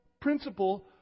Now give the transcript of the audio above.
principle